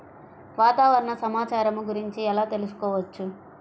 వాతావరణ సమాచారము గురించి ఎలా తెలుకుసుకోవచ్చు?